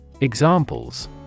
Examples